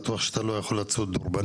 בטוח שאתה לא יכול לצוד ---,